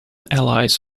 allies